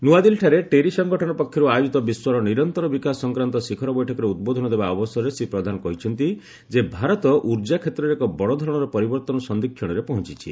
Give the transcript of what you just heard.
ନ୍ନଆଦିଲ୍ଲୀଠାରେ ଟେରୀ ସଂଗଠନ ପକ୍ଷରୁ ଆୟୋଜିତ ବିଶ୍ୱର ନିରନ୍ତର ବିକାଶ ସଂକ୍ରାନ୍ତ ଶିଖର ବୈଠକରେ ଉଦ୍ବୋଧନ ଦେବା ଅବସରରେ ଶ୍ରୀ ପ୍ରଧାନ କହିଛନ୍ତି ଯେ ଭାରତ ଉର୍ଜା କ୍ଷେତ୍ରରେ ଏକ ବଡ଼ଧରଣର ପରିବର୍ତ୍ତନ ସନ୍ଧିକ୍ଷଣରେ ପହଞ୍ଚିଛି